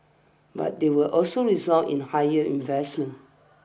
but they will also result in higher investments